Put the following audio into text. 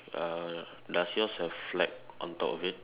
uh does yours have flag on top of it